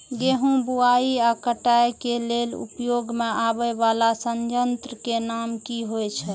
गेहूं बुआई आ काटय केय लेल उपयोग में आबेय वाला संयंत्र के नाम की होय छल?